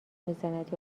میزند